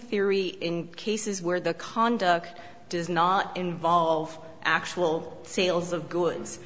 theory in cases where the conduct does not involve actual sales of goods